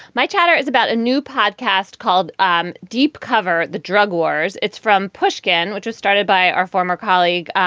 my chatter is about a new podcast called um deep cover the drug wars. it's from pushkin, which was started by our former colleague,